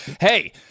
Hey